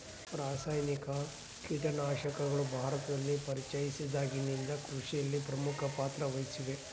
ರಾಸಾಯನಿಕ ಕೇಟನಾಶಕಗಳು ಭಾರತದಲ್ಲಿ ಪರಿಚಯಿಸಿದಾಗಿನಿಂದ ಕೃಷಿಯಲ್ಲಿ ಪ್ರಮುಖ ಪಾತ್ರ ವಹಿಸಿವೆ